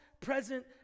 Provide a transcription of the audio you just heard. present